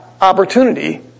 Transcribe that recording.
opportunity